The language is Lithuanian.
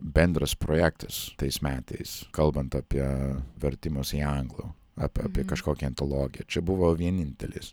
bendras projektas tais metais kalbant apie vertimus į anglų ap apie kažkokią antologiją čia buvo vienintelis